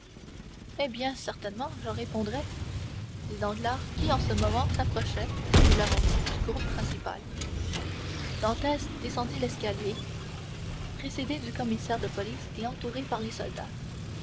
oh bien certainement j'en répondrais dit danglars qui en ce moment s'approchait comme nous l'avons dit du groupe principal dantès descendit l'escalier précédé du commissaire de police et entouré par les soldats